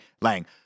Lang